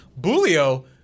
Bulio